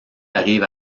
arrive